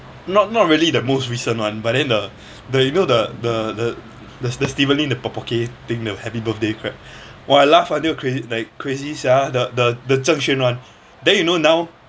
not not really the most recent one but then the the you know the the the the in the thing the happy birthday crap !wah! I laughed until crazy like crazy sia the the the zheng xuan [one] then you know now